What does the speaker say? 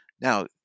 Now